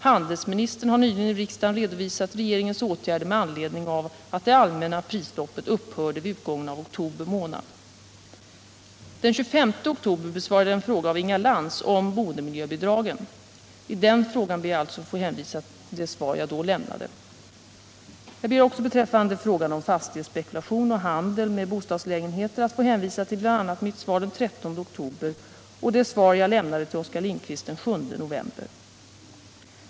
Handelsministern har nyligen i riksdagen redovisat regeringens åtgärder med anledning av att det allmänna prisstoppet upphörde vid utgången av oktober månad. Den 25 oktober besvarade jag en fråga av Inga Lantz om boendemiljöbidragen. I den frågan ber jag alltså att få hänvisa till det svar som jag då lämnade. Jag ber också, beträffande frågan om fastighetsspekulation och handel med bostadslägenheter, att få hänvisa till bl.a. mitt svar den 13 oktober och det svar som jag lämnade till Oskar Lindkvist den 7 november.